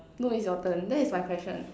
no it's your turn that it's my question